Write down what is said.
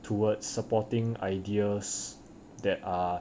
towards supporting ideas that are